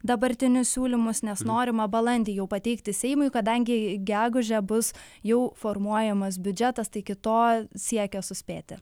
dabartinius siūlymus nes norima balandį jau pateikti seimui kadangi gegužę bus jau formuojamas biudžetas tai iki to siekia suspėti